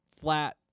flat